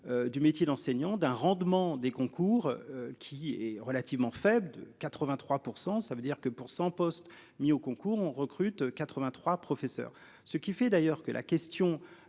du métier d'enseignant d'un rendement des concours qui est relativement faible de 83%. Ça veut dire que pour 100 postes mis au concours, on recrute 83 professeur. Ce qui fait d'ailleurs que la question.